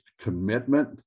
commitment